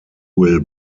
will